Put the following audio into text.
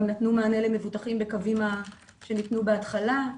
נתנו מענה למבוטחים בקווים שניתנו בהתחלה,